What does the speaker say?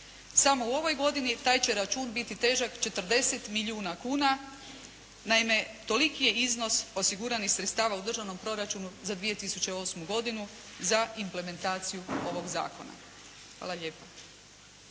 Samo u ovoj godini taj će račun biti težak 40 milijuna kuna, naime toliki je iznos osiguranih sredstava u državnom proračunu za 2008. godinu, za implementaciju ovog zakona. Hvala lijepa.